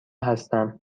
هستم